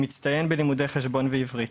מצטיין בלימודי חשבון ועברית,